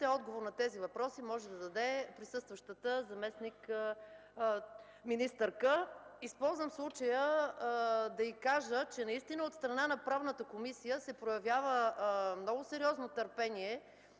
отговор на тези въпроси може да даде присъстващата заместник-министърка. Използвам случая да й кажа, че от страна на Правната комисия наистина се проявява много сериозно търпение